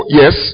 yes